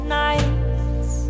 nights